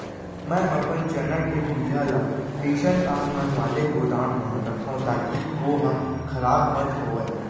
मैं अपन चना के बीजहा ल कइसन तापमान वाले गोदाम म रखव ताकि ओहा खराब मत होवय?